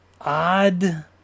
odd